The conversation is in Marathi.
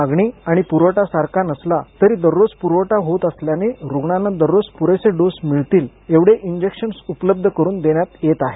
मागणी आणि पुरवठा सारखा नसला तरी दररोज प्रवठा होत असल्याने रुग्णांना दररोज प्रेसे डोस मिळतीळ एवढे इंजेक्शन उपलब्ध करून देण्यात येत आहेत